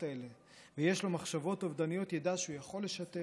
האלה ויש לו מחשבות אובדניות ידע שהוא יכול לשתף,